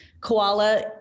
koala